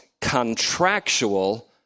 contractual